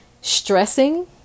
stressing